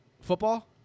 football